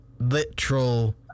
literal